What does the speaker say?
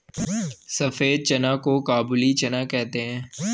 सफेद चना को काबुली चना कहते हैं